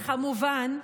וכמובן,